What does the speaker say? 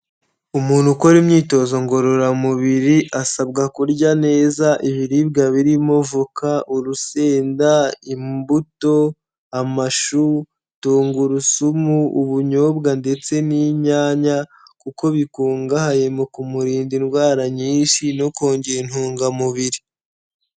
Umuntu ukora imyitozo ngororamubiri asabwa kurya neza ibiribwa birimo voka, urusenda, imbuto, amashu, tungurusumu ubunyobwa ndetse n'inyanya kuko bikungahaye mu kumurinda indwara nyinshi no kongera intungamubir.i